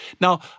Now